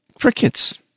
crickets